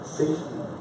safety